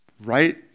right